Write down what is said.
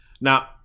now